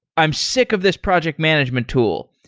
i'm sick of this project management tool.